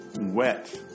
wet